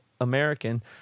American